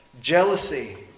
jealousy